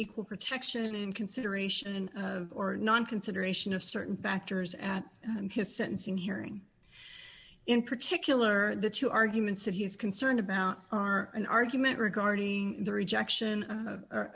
equal protection in consideration and or non consideration of certain factors at his sentencing hearing in particular the two arguments that he's concerned about are an argument regarding the rejection of